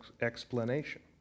explanation